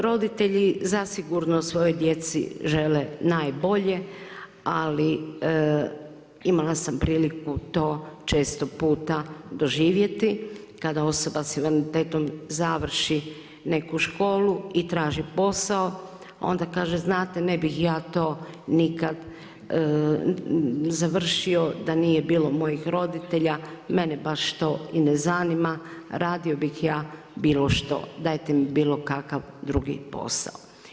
Roditelji zasigurno svojoj djeci žele najbolje ali imala sam priliku to često puta doživjeti kada osoba sa invaliditetom završi neku školu i traži posao a onda kaže znate ne bih ja to nikada završio da nije bilo mojih roditelja, mene baš to i ne zanima, radio bih ja bilo što, dajte mi bilo kakav drugi posao.